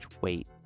weight